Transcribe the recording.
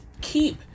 keep